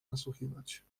nasłuchiwać